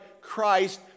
Christ